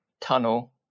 tunnel